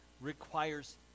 requires